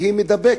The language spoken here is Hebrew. היא מידבקת,